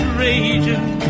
raging